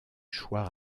choix